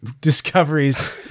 Discoveries